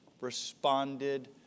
responded